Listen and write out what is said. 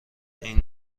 این